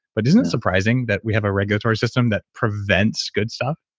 but isn't it surprising that we have a regulatory system that prevents good stuff?